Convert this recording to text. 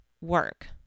work